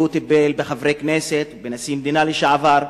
טיפל בחברי הכנסת ובנשיא המדינה לשעבר.